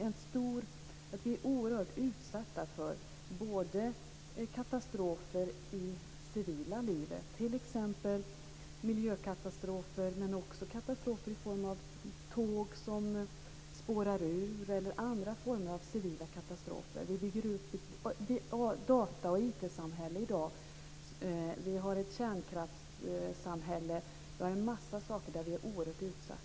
Vi är oerhört utsatta för katastrofer i det civila livet, t.ex. miljökatastrofer, tåg som spårar ur och andra former av civila katastrofer. Vi bygger i dag upp ett data och IT-samhälle, vi har ett kärnkraftssamhälle och vi har en massa andra saker som gör oss oerhört sårbara.